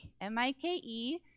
M-I-K-E